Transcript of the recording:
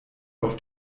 auf